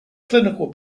clinical